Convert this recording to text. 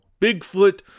Bigfoot